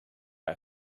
our